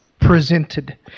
presented